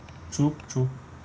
true true